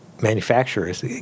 manufacturers